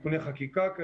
ותיקוני חקיקה.